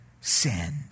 send